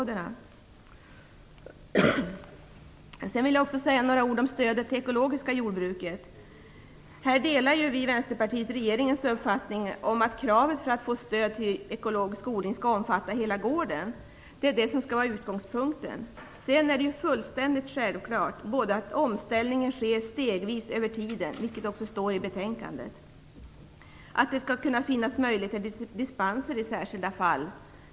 Jag vill också säga några ord om stödet till det ekologiska jordbruket. Här delar vi i Vänsterpartiet regeringens uppfattning om att kravet för att få stöd till ekologisk odling skall omfatta hela gården. Det är det som skall vara utgångspunkten. Sedan är det fullständigt självklart att omställningen sker stegvis över tiden - vilket står i betänkandet - och att det skall finnas möjligheter till dispenser i särskilda fall.